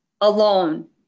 alone